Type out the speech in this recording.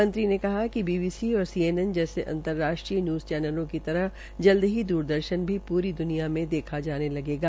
मंत्री ने कहा कि बीबीसी और सीएनएन जैसे अंतर्राष्ट्रीय न्यूज़ चैनलों की तरह जल्द ही द्रदर्शन भी पूरी द्रनिया में देखा जाने लगेगा